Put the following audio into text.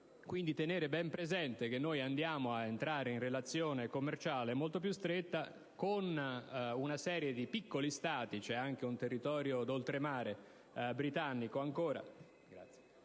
quindi tenere ben presente che si va ad entrare in relazione commerciale molto più stretta con una serie di piccoli Stati, tra cui un territorio d'oltremare ancora